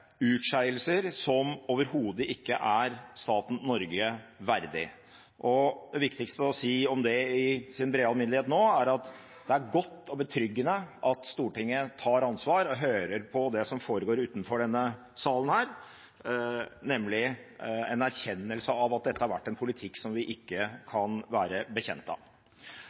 utskeielser som overhodet ikke er staten Norge verdig. Det viktigste å si om det i den brede alminnelighet nå er at det er godt og betryggende at Stortinget tar ansvar og hører på det som foregår utenfor denne salen her, nemlig en erkjennelse av at dette har vært en politikk vi ikke kan være bekjent av.